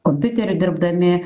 kompiuterio dirbdami